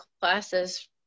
classes